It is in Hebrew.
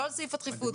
לא על סעיף הדחיפות,